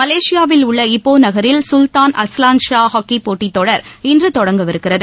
மலேசியாவில் உள்ள இப்போ நகரில் சுல்தான் அஸ்லான்ஷா ஹாக்கிப்போட்டித்தொடர் இன்று தொடங்கவிருக்கிறது